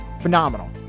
Phenomenal